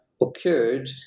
occurred